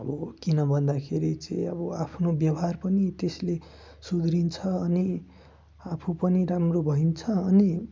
अब किन भन्दाखेरि चाहिँ अब आफ्नो व्यवहार पनि त्यसले सुध्रिन्छ अनि आफू पनि राम्रो भइन्छ अनि